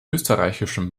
österreichischen